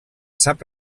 sap